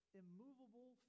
immovable